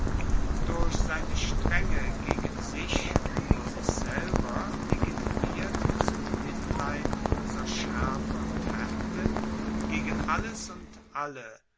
durch seine strenge gegen sich vor sich selber legitimiert zu mitleidloser schaerfe und haerte gegen alles und alle